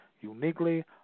uniquely